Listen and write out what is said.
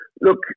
Look